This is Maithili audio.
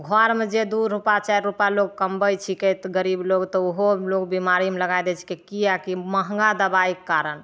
घर मे जे दू रूपा चाइर रूपा लोग कमबै छीकै तऽ गरीब लोग तऽ ओहो लोग बीमारीमे लगा दै छिकै किआकी महगा दबाइके कारण